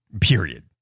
Period